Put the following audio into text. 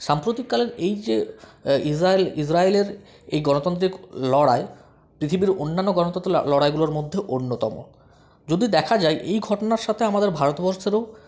সাম্প্রতিককালের এই যে ইজরায়েল ইজরায়েলের এই গণতন্ত্রের লড়াই পৃথিবীর অন্যান্য গণতন্ত্রের ল লড়াইগুলোর মধ্যে অন্যতম যদি দেখা যায় এই ঘটনার সাথে আমাদের ভারতবর্ষেরও